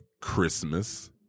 Christmas